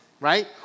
right